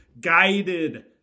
Guided